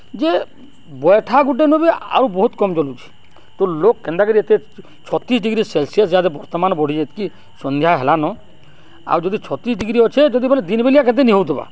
ଯେ ବଏଠା ଗୁଟେ ନୁ ବି ଆଉ ବହୁତ୍ କମ୍ ଜଲୁଛେ ତ ଲୋକ୍ କେନ୍ତା କରି ଏତେ ଛତିଶ୍ ଡିଗ୍ରୀ ସେଲ୍ସିୟସ୍ ଇହାଦେ ବର୍ତ୍ତମାନ୍ ବଢ଼ିଛେ ସନ୍ଧ୍ୟା ହେଲାନ ଆଉ ଯଦି ଛତିଶ୍ ଡିଗ୍ରୀ ଅଛେ ଯଦି ବେଲେ ଦିନ୍ ବେଲିଆ କେନ୍ତି ନି ହଉଥିବା